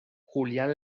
julián